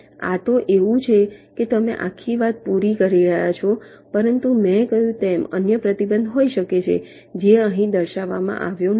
આ તો એવું છે કે તમે આખી વાત પૂરી કરી રહ્યા છો પરંતુ મેં કહ્યું તેમ અન્ય પ્રતિબંધ હોઈ શકે છે જે અહીં દર્શાવવામાં આવ્યો નથી